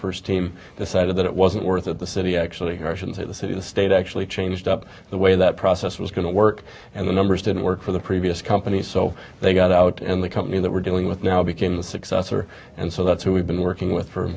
first team decided that it wasn't worth it the city actually the city the state actually changed up the way that process was going to work and the numbers didn't work for the previous company so they got out and the company that we're dealing with now became the successor and so that's what we've been working with for